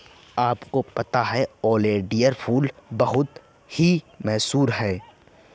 आपको पता है ओलियंडर फूल बहुत ही मशहूर है